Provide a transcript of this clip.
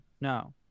no